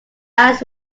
eyes